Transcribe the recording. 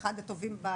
אחד הטובים.